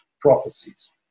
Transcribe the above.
prophecies